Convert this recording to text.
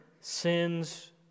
sins